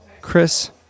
Chris